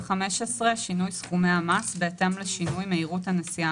"שינוי סכומי המס בהתאם לשינוי מהירות הנסיעה